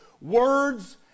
words